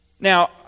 Now